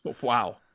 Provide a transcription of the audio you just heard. Wow